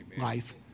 life